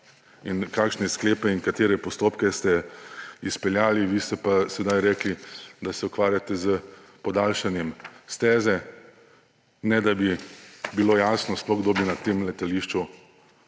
in kakšne sklepe in katere postopke ste izpeljali, vi ste pa sedaj rekli, da se ukvarjate s podaljšanjem steze, ne da bi bilo jasno sploh, kdo bi na tem letališču